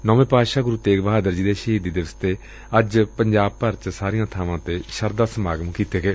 ਨੌਵੇਂ ਪਾਤਸ਼ਾਹ ਗੁਰੁ ਤੇਗ਼ ਬਹਾਦਰ ਜੀ ਦੇ ਸ਼ਹੀਦੀ ਦਿਵਸ ਤੇ ਅੱਜ ਪੰਜਾਬ ਚ ਸਾਰੀਆਂ ਬਾਵਾਂ ਤੇ ਸ਼ਰਧਾ ਸਮਾਗਮ ਕੀਤੇ ਗਏ